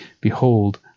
Behold